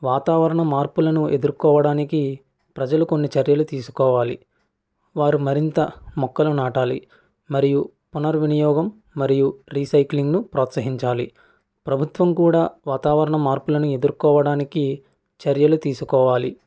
వాతావరణ మార్పులను ఎదుర్కోవడానికి ప్రజలు కొన్ని చర్యలు తీసుకోవాలి వారు మరింత మొక్కలు నాటాలి మరియు పునర్వినియోగం మరియు రీసైక్లింగ్ను ప్రోత్సహించాలి ప్రభుత్వం కూడా వాతావరణ మార్పులను ఎదుర్కోవడానికి చర్యలు తీసుకోవాలి